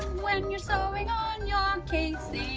when you're sewing on your um casing!